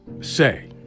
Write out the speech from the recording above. say